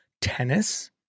tennis